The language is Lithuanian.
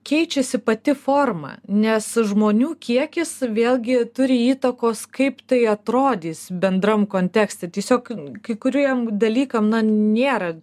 keičiasi pati forma nes žmonių kiekis vėlgi turi įtakos kaip tai atrodys bendram kontekste tiesiog kai kuriem dalykam na nėra